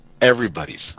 everybody's